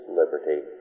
liberty